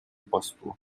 посту